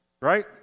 right